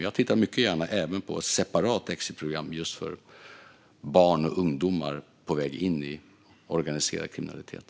Jag tittar mycket gärna även på ett separat exitprogram för just barn och ungdomar på väg in i organiserad kriminalitet.